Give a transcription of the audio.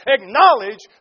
Acknowledge